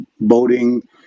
boating